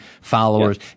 followers